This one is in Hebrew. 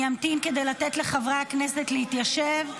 אני אמתין, כדי לתת לחברי הכנסת להתיישב.